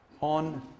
on